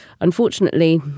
Unfortunately